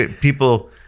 people